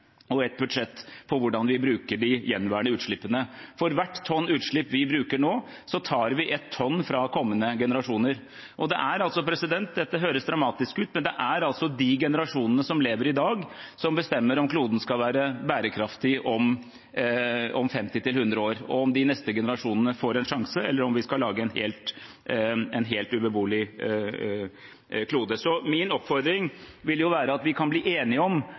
vi et tonn fra kommende generasjoner. Dette høres dramatisk ut, men det er altså de generasjonene som lever i dag, som bestemmer om kloden skal være bærekraftig om 50 til 100 år, og om de neste generasjonene får en sjanse, eller om vi skal lage en helt ubeboelig klode. Min oppfordring vil være at vi kan bli enige om